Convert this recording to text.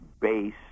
base